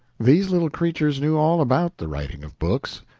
these little creatures knew all about the writing of books.